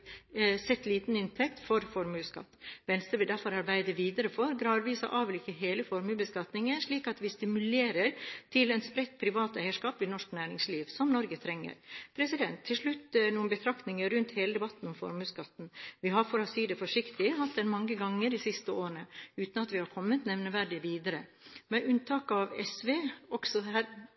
sett liten inntekt for formuesskatt. Venstre vil derfor arbeide videre for gradvis å avvikle hele formuesbeskatningen, slik at vi stimulerer til et spredt privat eierskap i norsk næringsliv, som Norge trenger. Til slutt noen betraktninger rundt hele debatten om formuesskatten. Vi har – for å si det forsiktig – hatt den debatten mange ganger de siste årene, uten at vi har kommet nevneverdig videre. Med unntak av SV – også her